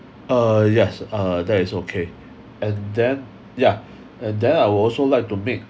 uh yes uh that is okay and then yeah and then I will also like to make